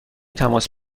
تماس